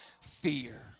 fear